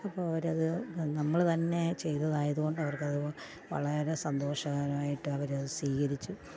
അപ്പോൾ അവരത് നമ്മൾ തന്നെ ചെയ്തതായതു കൊണ്ട് അവർക്കത് വളരെ സന്തോഷകരമായിട്ട് അവരത് സീകരിച്ചു